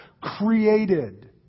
created